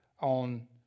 on